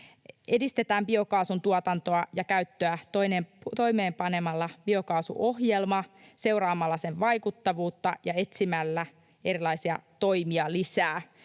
Edistetään biokaasun tuotantoa ja käyttöä toimeenpanemalla biokaasuohjelma, seuraamalla sen vaikuttavuutta ja etsimällä erilaisia toimia lisää.